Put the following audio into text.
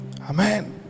Amen